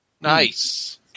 nice